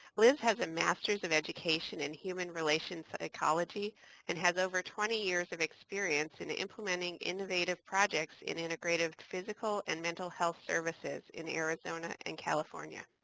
liz has a master's of education in human relation psychology and has over twenty years of experience in implementing innovative projects and integrative physical and mental health services in arizona and california.